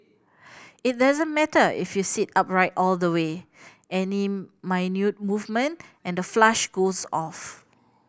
it doesn't matter if you sit upright all the way any movement and the flush goes off